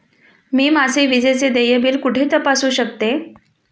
मी माझे विजेचे देय बिल कुठे तपासू शकते?